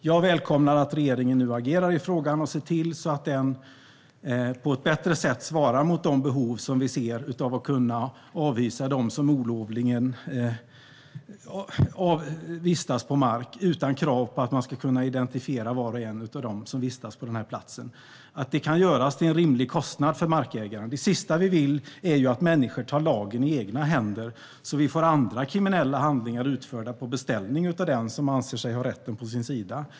Jag välkomnar att regeringen nu agerar i frågan och ser till att den på ett bättre sätt svarar mot de behov som vi ser av att kunna avhysa dem som olovligen vistas på mark, detta utan krav på att man ska kunna identifiera var och en av dem som vistas på denna plats, och att det kan göras till en rimlig kostnad för markägaren. Det sista vi vill är att människor tar lagen i egna händer, så att vi får andra kriminella handlingar utförda på beställning av den som anser sig ha rätten på sin sida.